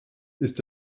ist